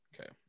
Okay